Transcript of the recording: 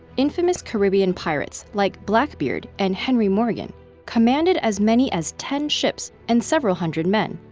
infamous caribbean pirates like blackbeard and henry morgan commanded as many as ten ships and several hundred men.